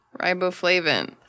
Riboflavin